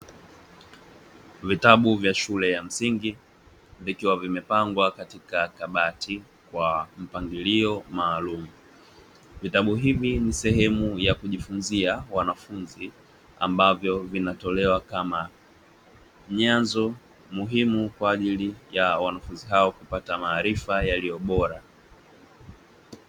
Vitabu vya shule ya msingi vikiwa vimepangwa katika kabati kwa mpangilio maalumu, vitabu hivi ni sehemu ya kujifunzia wanafunzi ambavyo vinatolewa kama nyanzo muhimu kwa ajili ya wanafunzi hawa kupata maarifa yaliyo bora.